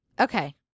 Okay